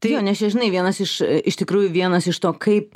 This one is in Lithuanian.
tai jo nes čia žinai vienas iš iš tikrųjų vienas iš to kaip